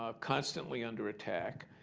ah constantly under attack,